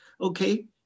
okay